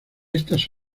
estas